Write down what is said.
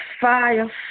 fire